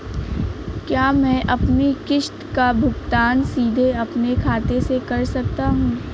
क्या मैं अपनी किश्त का भुगतान सीधे अपने खाते से कर सकता हूँ?